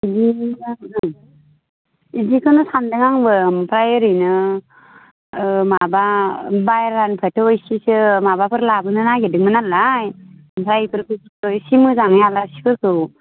बिदिनो बिदिखौनो सान्दों आंबो ओमफ्राय ओरैनो माबा बाहेरानिफ्रायथ' इसेसो माबाफोर लाबोनो नागिरदोंमोन नालाय ओमफ्राय बेफोरखौ इसे मोजाङै आलासिफोरखौ